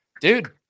dude